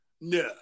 no